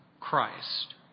Christ